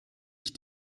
ich